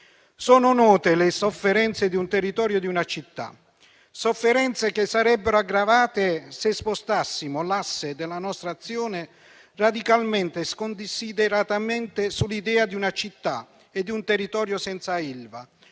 Sono note le sofferenze di un territorio e di una città, sofferenze che sarebbero aggravate se spostassimo l'asse della nostra azione radicalmente e sconsideratamente sull'idea di una città e di un territorio senza Ilva